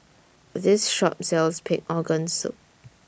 This Shop sells Pig'S Organ Soup